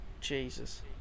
Jesus